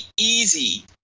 easy